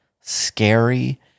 scary